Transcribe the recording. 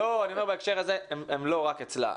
לא, אני אומר בהקשר הזה, הם לא רק אצלה.